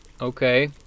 Okay